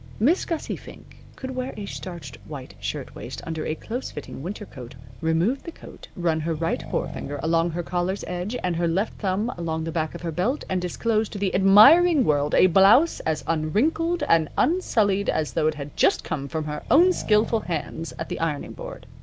miss gussie fink could wear a starched white shirtwaist under a close-fitting winter coat, remove the coat, run her right forefinger along her collar's edge and her left thumb along the back of her belt and disclose to the admiring world a blouse as unwrinkled and unsullied as though it had just come from her own skilful hands at the ironing board.